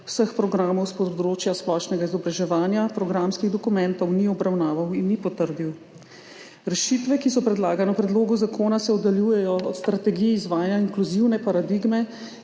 vseh programov s področja splošnega izobraževanja, programskih dokumentov ni obravnaval in ni potrdil. Rešitve, ki so predlagane v predlogu zakona, se oddaljujejo od strategiji izvajanja inkluzivne paradigme,